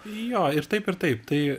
jo ir taip ir taip tai